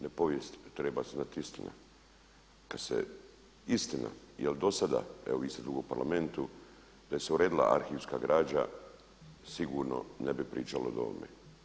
Ne povijest, nego se treba znati istina, kada se istina jer do sada, evo vi ste dugo u parlamentu, da se uredila arhivska građa sigurno ne bi pričali o ovome.